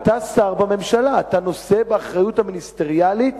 אתה שר בממשלה, אתה נושא באחריות המיניסטריאלית